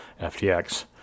FTX